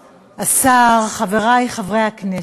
השר, חברי חברי הכנסת,